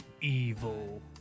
evil